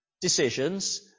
decisions